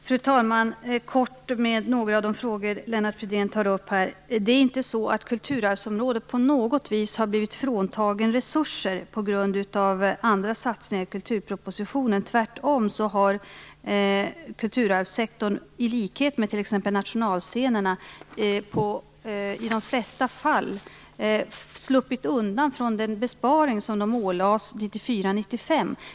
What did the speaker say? Fru talman! Jag vill kort beröra några av de frågor Det är inte så att kulturarvsområdet på något vis har blivit fråntaget resurser på grund av andra satsningar i kulturpropositionen. Tvärtom har kulturarvssektorn i likhet med t.ex. nationalscenerna i de flesta fall sluppit undan den besparing de ålades 1994/95.